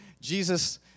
Jesus